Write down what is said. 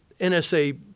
NSA